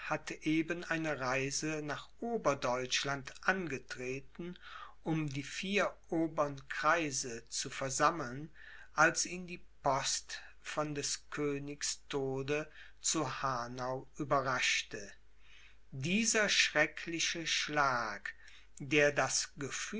hatte eben eine reise nach oberdeutschland angetreten um die vier obern kreise zu versammeln als ihn die post von des königs tode zu hanau überraschte dieser schreckliche schlag der das